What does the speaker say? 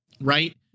right